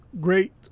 great